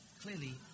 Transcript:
clearly